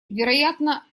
вероятно